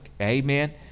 Amen